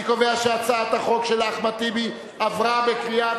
אני קובע שהצעת החוק של אחמד טיבי עברה בקריאה